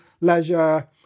leisure